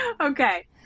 Okay